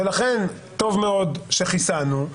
ולכן טוב מאוד שחיסנו,